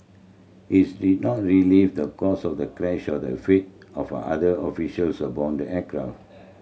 is did not relieve the cause of the crash or the fate of other officials abound the aircraft